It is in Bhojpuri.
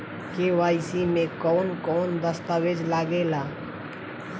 के.वाइ.सी में कवन कवन दस्तावेज लागे ला?